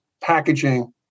packaging